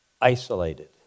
isolated